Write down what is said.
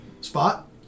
Spot